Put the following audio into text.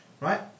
Right